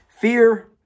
fear